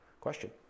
question